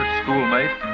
schoolmate